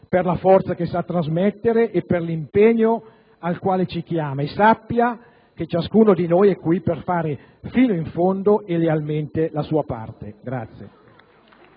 per la forza che sa trasmettere e per l'impegno al quale ci chiama: sappia che ciascuno di noi è qui per fare fino in fondo e lealmente la sua parte.